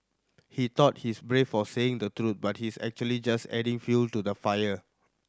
he thought he's brave for saying the truth but he's actually just adding fuel to the fire